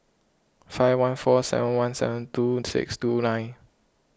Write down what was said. five one four seven one seven two six two nine